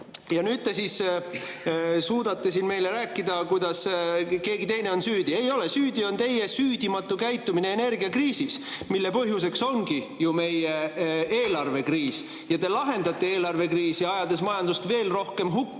Nüüd te siis suudate siin meile rääkida, kuidas keegi teine on süüdi. Ei ole. Süüdi on teie süüdimatu käitumine energiakriisis, mille põhjuseks ongi ju meie eelarvekriis. Te lahendate eelarvekriisi, ajades majandust veel rohkem hukka